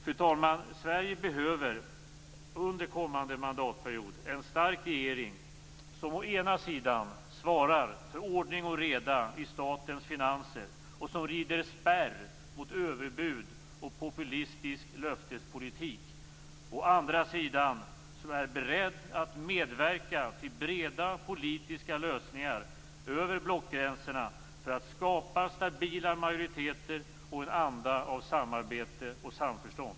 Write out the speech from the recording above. Fru talman! Sverige behöver under kommande mandatperiod en stark regering som å ena sidan svarar för ordning och reda i statens finanser och som rider spärr mot överbud och populistisk löftespolitik och som å andra sidan är beredd att medverka till breda politiska lösningar över blockgränserna för att skapa stabila majoriteter och en anda av samarbete och samförstånd.